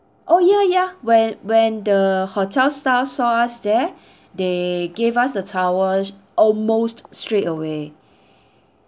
oh ya ya when when the hotel staff saw us there they gave us the towels almost straightaway